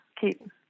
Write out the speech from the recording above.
keep